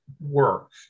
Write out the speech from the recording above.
work